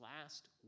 last